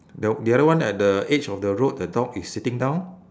the the other one at the edge of the road the dog is sitting down